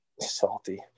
Salty